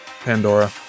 Pandora